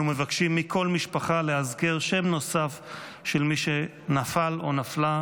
אנו מבקשים מכל משפחה לאזכר שם נוסף של מי שנפל או נפלה,